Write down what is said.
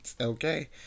okay